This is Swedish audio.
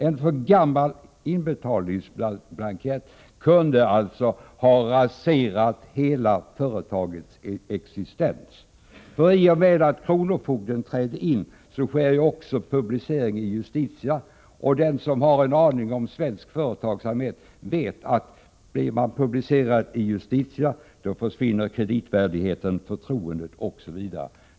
En för gammal inbetalningsblankett kunde alltså ha raserat företagets hela existens. I och med att kronofogden träder in sker också publicering i Justitia, och den som har en aning om svensk företagsamhet vet att blir man publicerad i Justitia, då försvinner kreditvärdigheten, förtroendet osv.